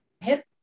hip